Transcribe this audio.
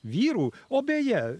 vyrų o beje